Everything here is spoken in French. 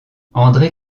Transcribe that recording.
andré